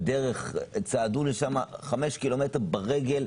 בדרך צעדו לשם 5 ק"מ ברגל.